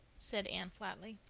said anne flatly.